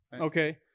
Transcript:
okay